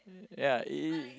ya it